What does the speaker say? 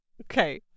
Okay